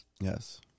Yes